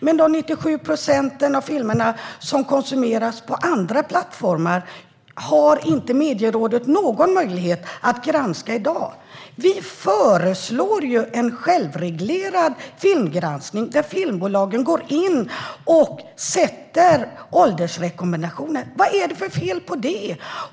Men de 97 procent av filmerna som konsumeras på andra plattformar har inte Medierådet någon möjlighet att granska i dag. Vi föreslår ju en självreglerad filmgranskning, där filmbolagen går in och sätter åldersrekommendationer. Vad är det för fel på det?